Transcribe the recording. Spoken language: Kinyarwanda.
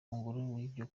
n’ibyo